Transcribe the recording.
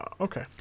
okay